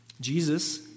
Jesus